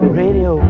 radio